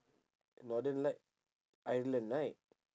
northern light ireland right